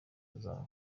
neza